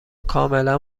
کاملا